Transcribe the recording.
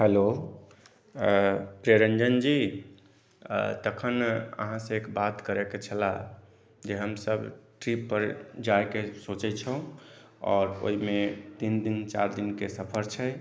hello Priyaranjan ji तखन अहाँसँ एक बात करैके छलाह जे हम सभ ट्रिप पर जाइके सोचैत छी आओर ओहिमे तीन दिन चारि दिनके सफर छै